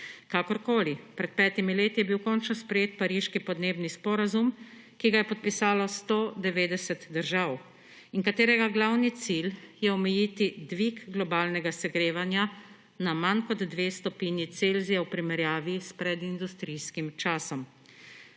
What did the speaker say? Kakorkoli, pred petimi leti je bil končno sprejet Pariški podnebni sporazum, ki ga je podpisalo 190 držav in katerega glavni cilj je omejiti dvig globalnega segrevanja na manj kot dve stopinji Celzija v primerjavi s predindustrijskim časom.